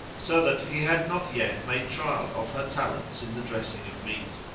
so that he had not yet made trial of her talents in the dressing of meat.